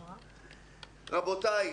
רבותיי,